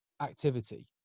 activity